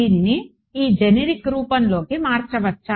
దీనిని ఈ జెనరిక్ రూపంలోకి మార్చవచ్చా